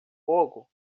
fogo